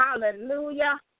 Hallelujah